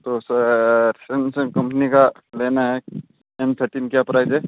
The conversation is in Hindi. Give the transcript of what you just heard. तो सर सैमसन्ग कम्पनी का लेना है सैमसन्ग एम् क्या प्राइस है